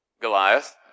Goliath